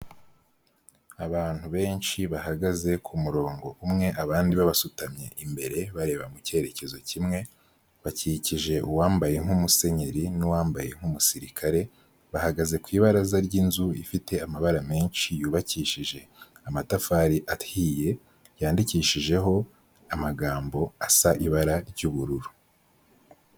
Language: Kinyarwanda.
Abantu benshi bahagaze ku murongo umwe, abandi babasutamye imbere bareba mu cyerekezo kimwe, bakikije uwambaye nk'umusenyeri n'uwambaye nk'umusirikare, bahagaze ku ibaraza ry'inzu ifite amabara menshi yubakishije amatafari ahiye, yandikishijeho amagambo asa ibara ry'ubururu.